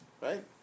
Right